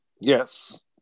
yes